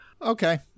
Okay